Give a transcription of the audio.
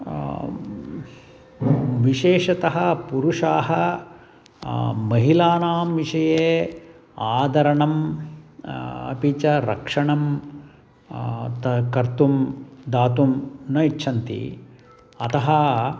विशेषतः पुरुषाः महिलानां विषये आधरणम् अपि च रक्षणं तु कर्तुं दातुं न इच्छन्ति अतः